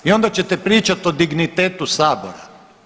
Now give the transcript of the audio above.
I onda ćete pričati o dignitetu sabora.